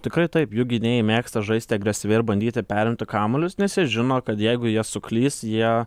tikrai taip jų gynėjai mėgsta žaisti agresyviai ir bandyti perimti kamuolius nes jie žino kad jeigu jie suklys jie